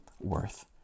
worth